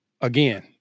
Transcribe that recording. again